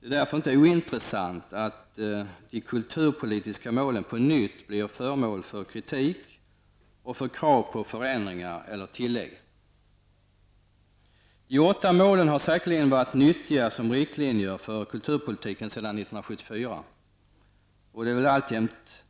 Det är därför inte ointressant att de kulturpolitiska målen på nytt blir föremål för kritik och för krav på förändringar eller tillägg. De åtta målen har säkerligen varit nyttiga som riktlinjer för kulturpolitiken sedan 1974 -- och är det väl alltjämt,